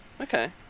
Okay